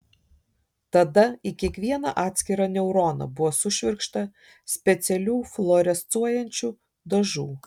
tada į kiekvieną atskirą neuroną buvo sušvirkšta specialių fluorescuojančių dažų